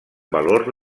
valor